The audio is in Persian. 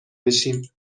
بشیم